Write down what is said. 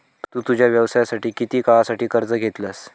तु तुझ्या व्यवसायासाठी किती काळासाठी कर्ज घेतलंस?